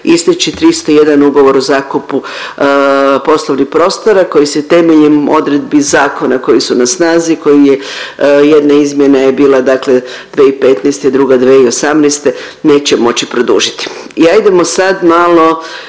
isteći 301 ugovor o zakupu poslovnih prostora koji se temeljem odredbi zakona koji su na snazi koji je jedna izmjena je bila dakle 2015., druga 2018. neće moći produžiti.